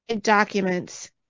documents